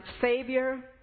Savior